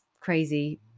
crazy